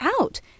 out